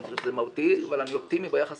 אני חושב שזה מהותי אבל אני אופטימי ביחס